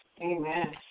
Amen